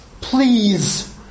Please